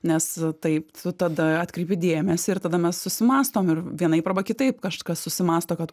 nes taip tu tada atkreipi dėmesį ir tada mes susimąstom ir vienaip arba kitaip kažkas susimąsto kad